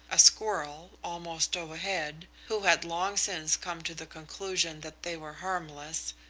a squirrel, almost overhead, who had long since come to the conclusion that they were harmless,